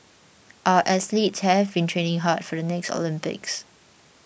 our athletes have been training hard for the next Olympics